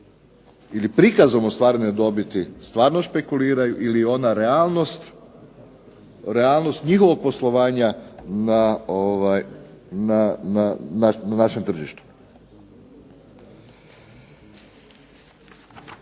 ili prikazom ostvarene dobiti stvarno špekuliraju ili je ona realnost njihovog poslovanja na našem tržištu.